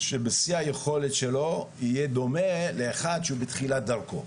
שבשיא היכולת שלו יהיה דומה לספורטאי בתחילת דרכו.